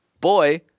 Boy